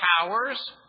powers